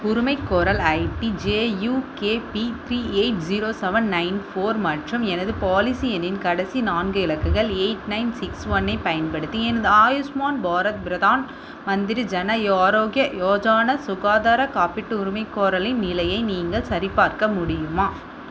உரிமைக்கோரல் ID JUKP three eight zero seven nine four மற்றும் எனது பாலிசி எண்ணின் கடைசி நான்கு இலக்குகள் எயிட் நயன் சிக்ஸ் ஒன்னைப் யன்படுத்தி எனது ஆயுஸ்மான் பாரத் பிரதான் மந்திரி ஜன ஆரோக்ய யோஜன சுகாதார காப்பீட்டு உரிமைக்கோரலின் நிலையை நீங்கள் சரிபார்க்க முடியுமா